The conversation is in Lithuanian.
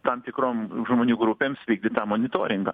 tam tikrom žmonių grupėms vykdyt tą monitoringą